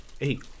eight